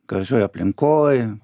gražioj aplinkoj